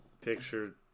Picture